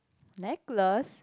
necklace